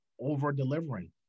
over-delivering